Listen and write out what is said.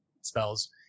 spells